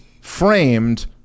framed